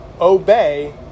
obey